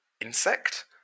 insect